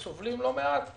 וסובלים לא מעט עובדתית.